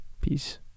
peace